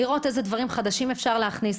לראות אילו דברים חדשים אפשר להכניס.